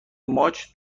ماچ